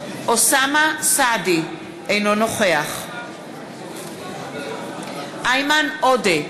אוסאמה סעדי, אינו נוכח איימן עודה,